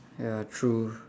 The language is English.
ya true